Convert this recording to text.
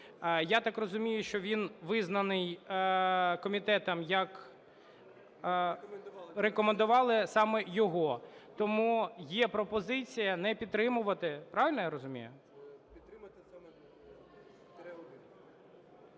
Я так розумію, що він визнаний комітетом як… Рекомендували саме його. Тому є пропозиція не підтримувати, правильно я розумію?